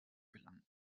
gelangen